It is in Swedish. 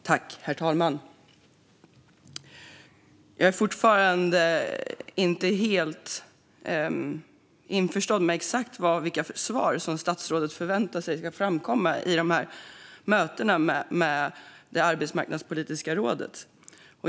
Herr talman! Jag är fortfarande inte helt införstådd med exakt vilka svar som statsrådet förväntar sig ska framkomma vid mötena med det arbetsmarknadspolitiska rådet.